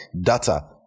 data